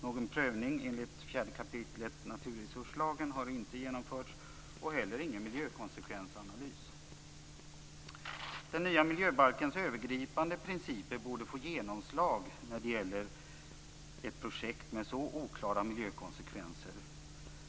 Någon prövning enligt 4 kap. naturresurslagen har inte genomförts och inte heller någon miljökonsekvensanalys. Den nya miljöbalkens övergripande principer borde få genomslag när det gäller ett projekt med så oklara miljökonsekvenser.